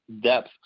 depth